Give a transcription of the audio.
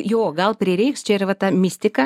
jo gal prireiks čia ir va ta mistika